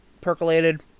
Percolated